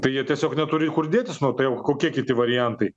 tai jie tiesiog neturi kur dėtis nu tai o kokie kiti variantai